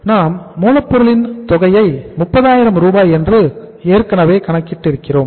நாம் மூலப்பொருளின் தொகையை 30000 ரூபாய் என்று ஏற்கனவே கணக்கிட்டு இருக்கிறோம்